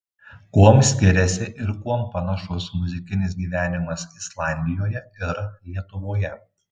kuom skiriasi ir kuom panašus muzikinis gyvenimas islandijoje ir lietuvoje